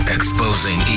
Exposing